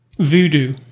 Voodoo